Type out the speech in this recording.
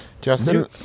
Justin